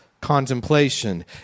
contemplation